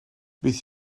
beth